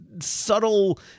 subtle